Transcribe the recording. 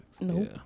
Nope